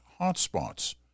hotspots